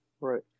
Right